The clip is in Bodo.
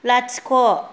लाथिख'